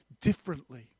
differently